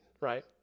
right